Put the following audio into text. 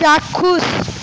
চাক্ষুষ